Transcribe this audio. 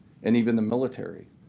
and even the military.